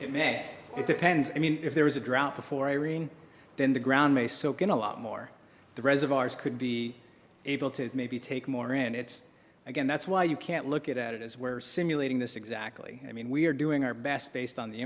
it may it depends i mean if there was a drought before irene then the ground may soak in a lot more the reservoirs could be able to maybe take more and it's again that's why you can't look at it as where simulating this exactly i mean we are doing our best based on the